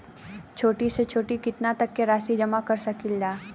छोटी से छोटी कितना तक के राशि जमा कर सकीलाजा?